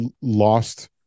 lost